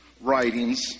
writings